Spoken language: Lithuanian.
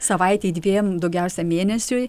savaitei dviem daugiausia mėnesiui